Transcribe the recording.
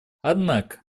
однако